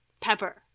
Pepper